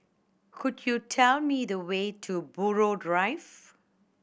could you tell me the way to Buroh Drive